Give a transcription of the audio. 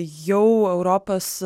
jau europos